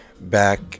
Back